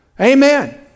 Amen